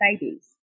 babies